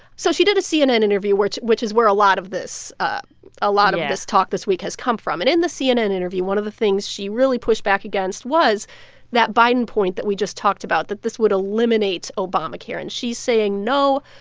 so she did a cnn interview, which which is where a lot of this ah a lot of this talk this week has come from. and in the cnn interview, one of the things she really pushed back against was that biden point that we just talked about, that this would eliminate obamacare. and she's saying, no,